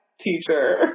teacher